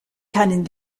keinen